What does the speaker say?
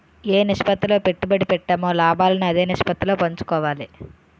ఏ నిష్పత్తిలో పెట్టుబడి పెట్టామో లాభాలను అదే నిష్పత్తిలో పంచుకోవాలి